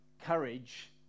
courage